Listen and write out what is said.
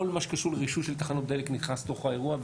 כל מה שקשור לרישוי של תחנות דלק נכנס לתוך האירוע,